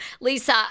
Lisa